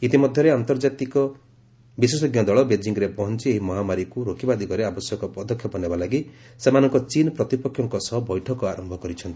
ଇତିମଧ୍ୟରେ ଅନ୍ତର୍ଜାତୀୟ ବିଶେଷଜ୍ଞ ଦଳ ବେଜିଂରେ ପହଞ୍ଚ ଏହି ମହାମାରୀକୁ ରୋକିବା ଦିଗରେ ଆବଶ୍ୟକ ପଦକ୍ଷେପ ନେବା ଲାଗି ସେମାନଙ୍କ ଚୀନ ପ୍ରତିପକ୍ଷଙ୍କ ସହ ବୈଠକ ଆରମ୍ଭ କରିଛନ୍ତି